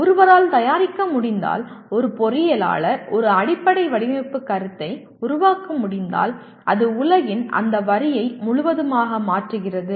ஒருவரால் தயாரிக்க முடிந்தால் ஒரு பொறியியலாளர் ஒரு அடிப்படை வடிவமைப்புக் கருத்தை உருவாக்க முடிந்தால் அது உலகின் அந்த வரியை முழுவதுமாக மாற்றுகிறது